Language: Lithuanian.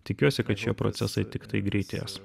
tikiuosi kad šie procesai tiktai greitės